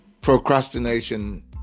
Procrastination